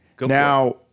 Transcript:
Now